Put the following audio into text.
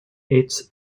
its